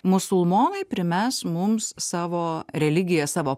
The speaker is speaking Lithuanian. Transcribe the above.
musulmonai primes mums savo religiją savo